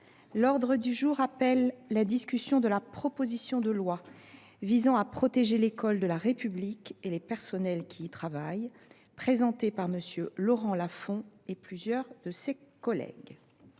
demande du groupe Union Centriste, de la proposition de loi visant à protéger l’école de la République et les personnels qui y travaillent, présentée par M. Laurent Lafon et plusieurs de ses collègues